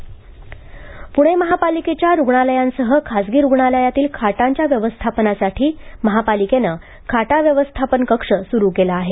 खाटा व्यवस्थापन पूणे महापालिकेच्या रुग्णालयांसह खासगी रुग्णालयातील खाटांच्या व्यवस्थापनासाठी महापालिकेनं खाटा व्यवस्थापन कक्ष सुरू केला आहे